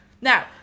Now